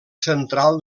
central